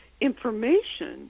information